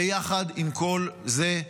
ויחד עם כל זה,